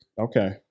Okay